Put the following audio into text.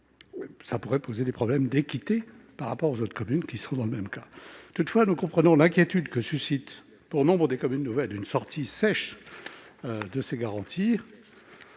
Il pourrait donc se poser des problèmes d'équité par rapport aux autres communes qui sont dans le même cas. Toutefois, nous comprenons l'inquiétude que suscite pour nombre de communes nouvelles une sortie sèche de ces garanties.